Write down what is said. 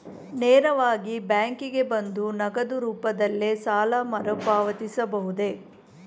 ನೇರವಾಗಿ ಬ್ಯಾಂಕಿಗೆ ಬಂದು ನಗದು ರೂಪದಲ್ಲೇ ಸಾಲ ಮರುಪಾವತಿಸಬಹುದೇ?